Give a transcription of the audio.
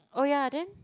oh yeah then